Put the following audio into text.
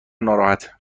ناراحته